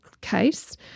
case